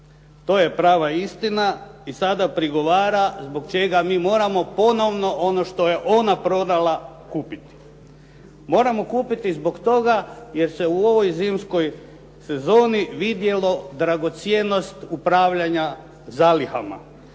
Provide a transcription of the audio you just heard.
To je prava istina i sada prigovara zbog čega mi moramo ponovno ono što je ona prodala kupiti. Moramo kupiti zbog toga, jer se u ovoj zimskoj sezoni vidjelo dragocjenost upravljanja zalihama.